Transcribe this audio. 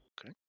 Okay